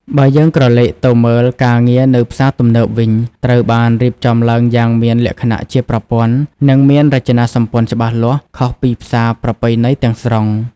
បើយើងក្រឡេកទៅមើល ការងារនៅផ្សារទំនើបវិញត្រូវបានរៀបចំឡើងយ៉ាងមានលក្ខណៈជាប្រព័ន្ធ និងមានរចនាសម្ព័ន្ធច្បាស់លាស់ ខុសពីផ្សារប្រពៃណីទាំងស្រុង។